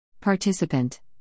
Participant